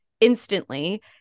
instantly